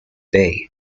bay